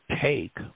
take